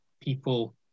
people